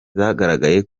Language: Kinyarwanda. zagaragaye